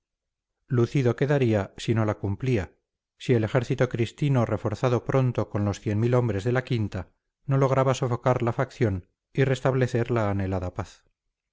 lucido quedaría si no la cumplía si el ejército cristino reforzado pronto con los cien mil hombres de la quinta no lograba sofocar la facción y restablecer la anhelada paz